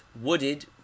wooded